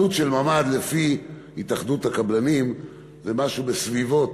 עלות של ממ"ד לפי התאחדות הקבלנים זה משהו בסביבות,